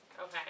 Okay